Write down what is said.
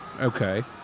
Okay